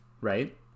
right